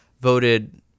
voted